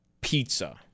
pizza